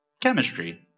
chemistry